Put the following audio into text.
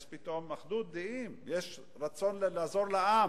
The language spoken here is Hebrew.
יש פתאום אחדות דעים, יש רצון לעזור לעם,